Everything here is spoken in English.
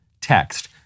text